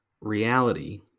reality